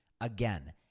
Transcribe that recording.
Again